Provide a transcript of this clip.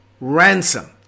ransom